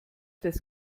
das